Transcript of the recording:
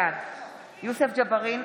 בעד יוסף ג'בארין,